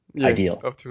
ideal